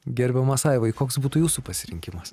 gerbiamas aivai koks būtų jūsų pasirinkimas